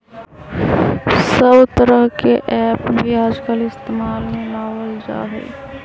सब तरह के ऐप भी आजकल इस्तेमाल में लावल जाहई